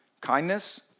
kindness